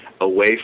away